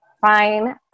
fine